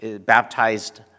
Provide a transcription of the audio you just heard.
baptized